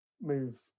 move